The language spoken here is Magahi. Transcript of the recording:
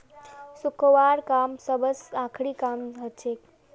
सुखव्वार काम सबस आखरी काम हछेक